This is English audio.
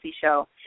Show